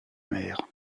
mère